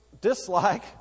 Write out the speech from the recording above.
dislike